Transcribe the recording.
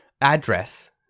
address